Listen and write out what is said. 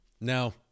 Now